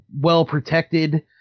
well-protected